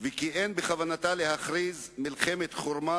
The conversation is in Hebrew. וכי אין בכוונתה להכריז מלחמת חורמה